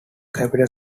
capital